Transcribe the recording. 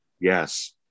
Yes